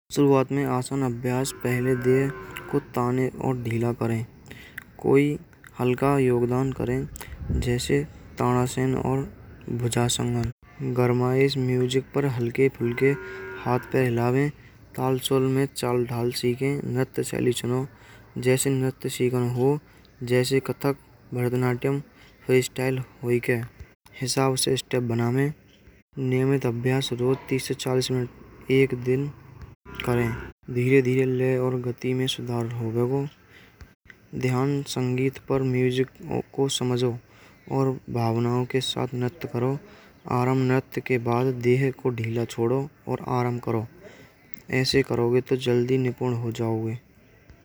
शुरुआत में आसान अभ्यास पहिले दिए खुद ताने और ढीला करें। कोई हलका योगदान करें, जैसे तारा सेन और गरमाईश म्यूजिक पर हल्के-फुल्के हाथ पर हिलावे। तालसोल में चाल, ढाल, सीखें। नाट्य शैली चुनाव जय से नृत्य हो। जैसे कथक भरनतियों स्टाइल हुई है। हिस्सा उसे स्टेप बनावे। नियमित अभ्यास तीस चालीस मिनट। एक दिन करें धीरे-धीरे और गति में सुधार होगा। वो ध्यान संगीत पर म्यूजिक को समझो और भावनाओं के साथ नाट करो। आराम नृत्य के बाद देह कोटिला छोड़ो और आराम, करो ऐसे करोगे तो जल्दी निपुण हो जाओगे